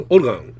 Organ